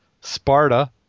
Sparta